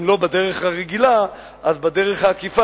אם לא בדרך הרגילה אז בדרך העקיפה,